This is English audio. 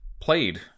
played